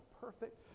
perfect